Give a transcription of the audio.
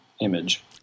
image